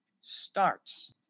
starts